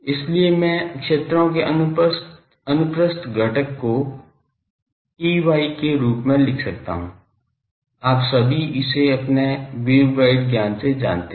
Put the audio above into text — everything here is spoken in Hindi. इसलिए मैं क्षेत्रों के अनुप्रस्थ घटक को Ey के रूप में लिख सकता हूं आप सभी इसे अपने वेवगाइड ज्ञान से जानते हैं